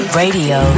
radio